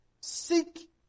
Seek